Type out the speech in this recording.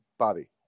Bobby